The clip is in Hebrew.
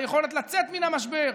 ליכולת לצאת מן המשבר,